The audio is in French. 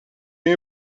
une